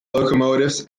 locomotives